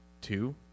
Two